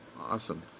Awesome